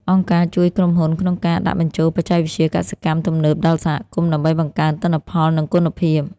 អង្គការជួយក្រុមហ៊ុនក្នុងការដាក់បញ្ចូលបច្ចេកវិទ្យាកសិកម្មទំនើបដល់សហគមន៍ ដើម្បីបង្កើនទិន្នផល និងគុណភាព។